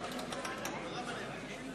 נתקבלו.